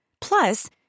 Plus